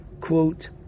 quote